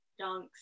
dunks